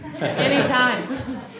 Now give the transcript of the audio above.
Anytime